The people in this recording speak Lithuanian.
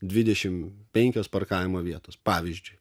dvidešimt penkios parkavimo vietos pavyzdžiui